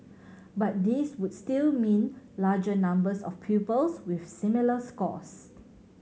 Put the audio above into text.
but these would still mean larger numbers of pupils with similar scores